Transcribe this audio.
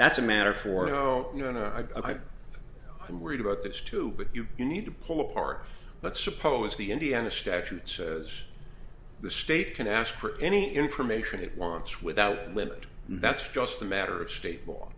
that's a matter for how you know a i'm worried about this too but you need to pull apart but suppose the indiana statute says the state can ask for any information it wants without limit that's just a matter of state law